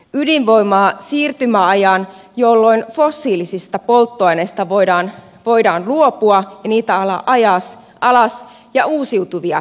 ydinvoimaa siirtymäajan jolloin fossiilisista polttoaineista voidaan luopua ja niitä ajaa alas ja uusiutuvia lisätä